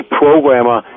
programmer